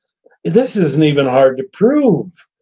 this isn't even hard to prove.